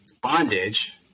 bondage